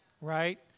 right